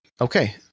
Okay